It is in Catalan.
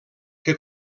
que